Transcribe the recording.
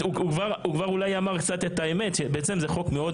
הוא כבר אולי אמר את האמת שזה חוק מאוד